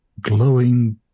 glowing